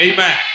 Amen